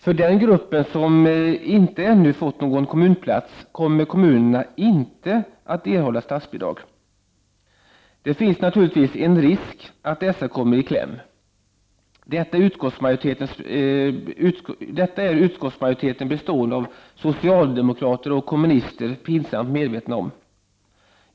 För den gruppen som inte ännu fått någon kommunplats kommer kommunerna inte att erhålla statsbidrag. Det finns naturligtvis en risk att dessa kommer i kläm. Detta är utskottsmajoriteten, bestående av socialdemokrater och kommunister, pinsamt medveten om.